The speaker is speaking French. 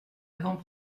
avant